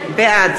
בעד